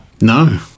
No